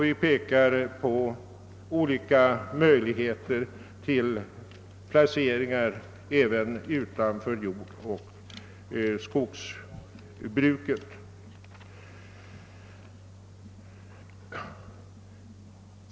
Vi föreslår olika möjligheter till placeringar även utanför jordoch skogsbruket.